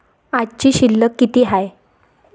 आजची शिल्लक किती हाय?